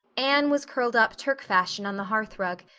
anne was curled up turk-fashion on the hearthrug,